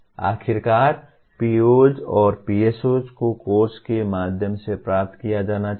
आखिरकार POs और PSOs को कोर्स के माध्यम से प्राप्त किया जाना चाहिए